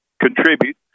contribute